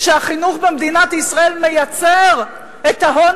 שהחינוך במדינת ישראל מייצר את ההון